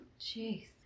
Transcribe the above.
jeez